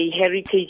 heritage